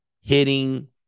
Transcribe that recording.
hitting